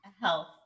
health